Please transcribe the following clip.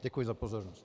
Děkuji za pozornost.